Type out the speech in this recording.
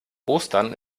ostern